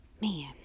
Man